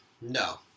No